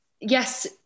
yes